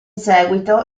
seguito